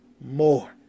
more